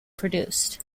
produced